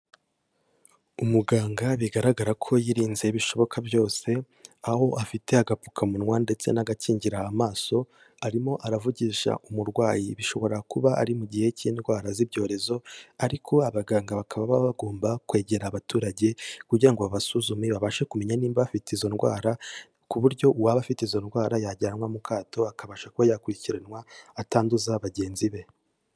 Umuganga bigaragara ko yirinze bishoboka byose, aho afite agapfukamunwa ndetse n'agakingira amaso, arimo aravugisha umurwayi bishobora kuba ari mu gihe cy'indwara z'ibyorezo, ariko abaganga bakaba baba bagomba kwegera abaturage, kugira ngo babasuzume babashe kumenya nimba bafite izo ndwara, ku buryo uwaba afite izo ndwara yajyanwa mu kato akabasha ko yakurikiranwa atanduza bagenzi be.